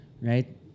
right